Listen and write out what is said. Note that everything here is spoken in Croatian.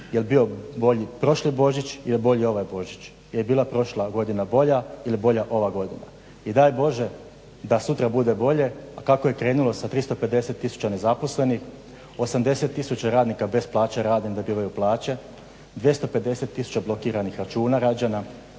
Jel bio bolji prošli Božić, jel bolji ovaj Božić, jel bila prošla godina bolja ili je bolja ova godina. I daj Bože da sutra bude bolje, a kako je krenulo sa 350 tisuća nezaposlenih, 80 tisuća radnika bez plaće, rade ne dobivaju plaće, 250 tisuća blokiranih računa građana,